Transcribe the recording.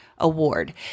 Award